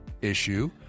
issue